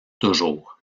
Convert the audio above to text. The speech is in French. toujours